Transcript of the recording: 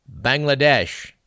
Bangladesh